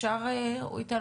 אתה ראית את